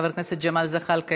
חבר הכנסת ג'מאל זחאלקה,